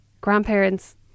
grandparents